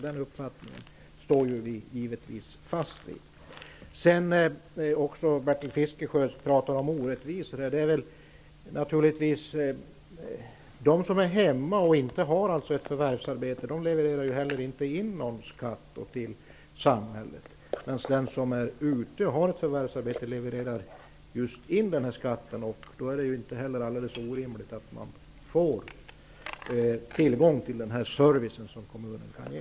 Den uppfattningen står vi givetvis fast vid. Bertil Fiskesjö talar om orättvisor. De som är hemma och inte har ett förvärvsarbete levererar heller inte in någon skatt till samhället. Den som förvärvsarbetar levererar in skatt, och då är det inte alldeles orimligt att man får tillgång till den service som kommunen kan ge.